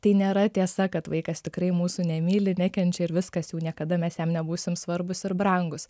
tai nėra tiesa kad vaikas tikrai mūsų nemyli nekenčia ir viskas jau niekada mes jam nebūsim svarbūs ir brangūs